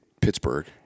Pittsburgh